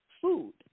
food